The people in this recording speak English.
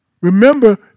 Remember